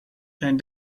zijn